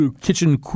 kitchen